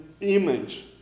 image